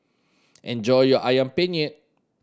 enjoy your Ayam Penyet